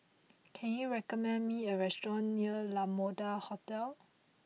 can you recommend me a restaurant near La Mode Hotel